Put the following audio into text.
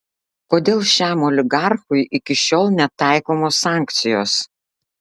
kodėl šiam oligarchui iki šiol netaikomos sankcijos